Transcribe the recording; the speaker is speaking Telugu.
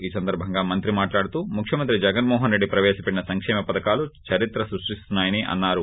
ఈ సందర్భంగా మంత్రి మాట్లాడుతూ ముఖ్యమంత్రి జగన్మోహన్ రెడ్డి ప్రవేశపేట్లిన సంకేమ పథకాలు చరిత్ర సృష్టిస్తున్నాయని అన్నారు